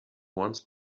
once